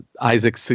Isaac